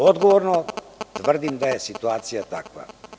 Odgovorno tvrdim da je situacija takva.